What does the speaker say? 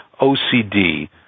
OCD